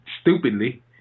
stupidly